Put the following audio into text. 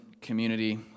community